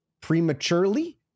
Prematurely